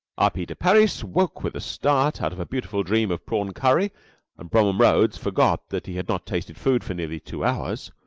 r. p. de parys woke with a start out of a beautiful dream of prawn curry and bromham rhodes forgot that he had not tasted food for nearly two hours.